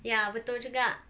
ya betul juga